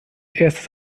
erstes